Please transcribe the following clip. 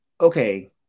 okay